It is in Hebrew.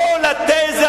חבר הכנסת